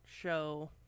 show